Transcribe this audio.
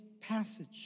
passage